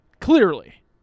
Clearly